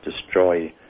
destroy